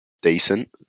decent